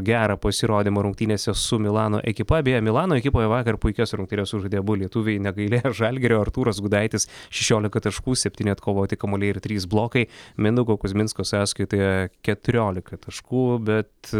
gerą pasirodymą rungtynėse su milano ekipa beje milano ekipoje vakar puikias rungtynes sužaidė abu lietuviai negailėjo žalgirio artūras gudaitis šešiolika taškų septyni atkovoti kamuoliai ir trys blokai mindaugo kuzminsko sąskaitoje keturiolika taškų bet